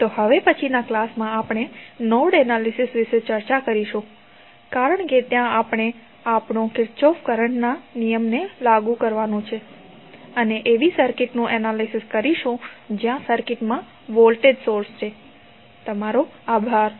તો હવે પછીના ક્લાસમાં આપણે નોડ એનાલિસિસ વિશે ચર્ચા કરીશું કારણ કે ત્યાં આપણે આપણો કિર્ચોફ કરંટ ના નિયમને લાગુ કરીશું અને એવી સર્કિટ નું એનાલિસિસ કરીશું જ્યાં સર્કિટમાં વોલ્ટેજ સોર્સ છે તમારો આભાર